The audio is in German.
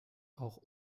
auch